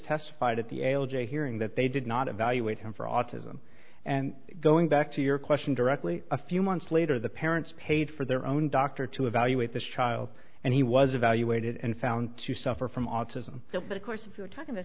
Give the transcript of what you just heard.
testified at the l j hearing that they did not evaluate him for autism and going back to your question directly a few months later the parents paid for their own doctor to evaluate this child and he was evaluated and found to suffer from autism but of course if you're talking t